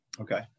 Okay